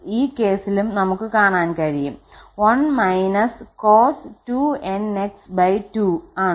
ഈ കേസിലും നമുക് കാണാൻ കഴിയും 1−cos2𝑛𝑥2 ആണ്